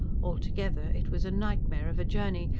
altogether it was a nightmare of a journey,